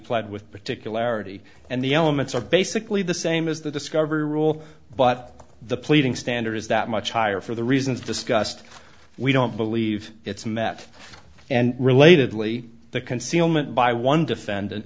pled with particularity and the elements are basically the same as the discovery rule but the pleading standard is that much higher for the reasons discussed we don't believe it's met and relatedly the concealment by one defendant